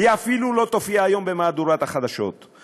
היא אפילו לא תופיע היום במהדורת החדשות.